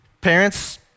Parents